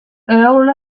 earl